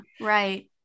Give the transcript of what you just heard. Right